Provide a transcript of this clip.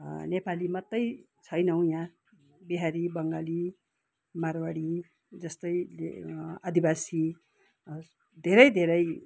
नेपाली मात्रै छैनौँ यहाँ बिहारी बङ्गाली माडवाडी जस्तै आदिवासीहरू धेरै धेरै